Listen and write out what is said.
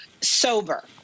sober